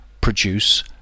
produce